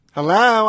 Hello